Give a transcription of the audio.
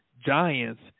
Giants